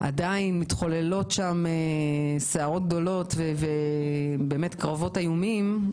עדיין מתחוללות שם סערות גדולות וקרבות איומים.